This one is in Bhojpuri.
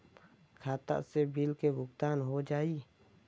खाता से बिल के भुगतान हो जाई?